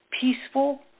peaceful